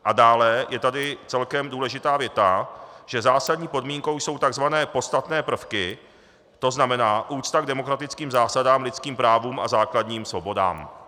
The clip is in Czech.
A dále je tady celkem důležitá věta, že zásadní podmínkou jsou tzv. podstatné prvky, to znamená úcta k demokratickým zásadám, lidským právům a základním svobodám.